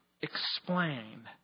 explain